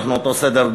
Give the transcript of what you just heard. אנחנו אותו סדר-גודל,